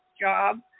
job